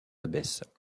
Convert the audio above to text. abbesses